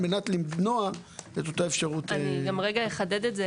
על מנת למנוע את אותה האפשרות --- אני אחדד את זה.